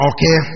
Okay